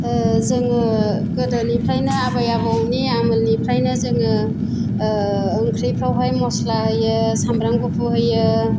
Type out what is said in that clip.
जोङो गोदोनिफ्रायनो आबै आबौनि आमोलनिफ्रायनो जोङो ओंख्रिफ्रावहाय मस्ला होयो सामब्राम गुफुर होयो